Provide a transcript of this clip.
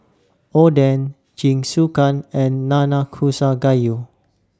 Oden Jingisukan and Nanakusa Gayu